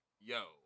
yo